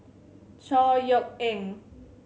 Chor Yeok Eng